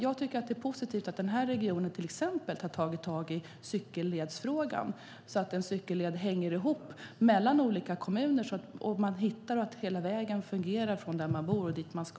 Jag tycker att det är positivt att denna region till exempel har tagit tag i cykelledsfrågan så att en cykelled hänger ihop mellan olika kommuner. På så sätt kan man hitta, och det fungerar hela vägen från där man bor till dit man ska.